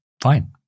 Fine